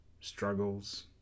struggles